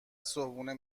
صبحونه